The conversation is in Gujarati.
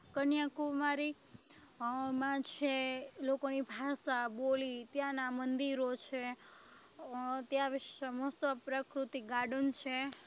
કન્યા કુમારી એમાં છે લોકોની ભાષા બોલી ત્યાંનાં મંદિરો છે ત્યાં મસ્ત પ્રાકૃતિક ગાર્ડન છે